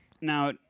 Now